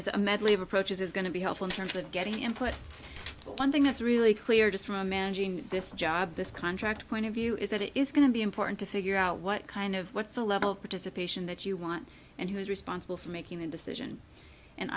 is a medley of approaches is going to be helpful in terms of getting input but one thing that's really clear just from managing this job this contract point of view is that it is going to be important to figure out what kind of what's the level of participation that you want and who is responsible for making a decision and